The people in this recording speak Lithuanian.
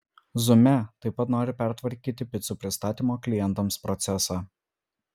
zume taip pat nori pertvarkyti picų pristatymo klientams procesą